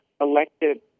elected